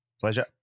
Pleasure